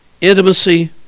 intimacy